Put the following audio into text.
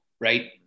Right